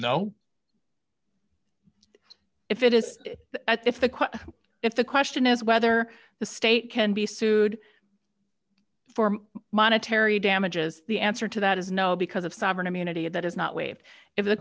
it is if the quote if the question is whether the state can be sued for monetary damages the answer to that is no because of sovereign immunity that is not waived if the